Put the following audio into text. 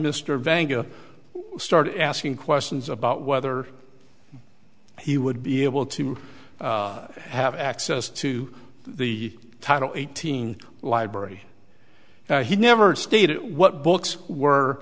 mr vanga started asking questions about whether he would be able to have access to the title eighteen library that he never stated what books were